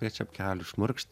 prie čepkelių šmurkšt